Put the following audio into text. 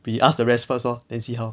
we ask the rest first lor then see how